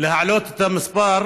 להעלות את המספר,